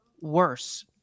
worse